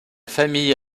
famille